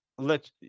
let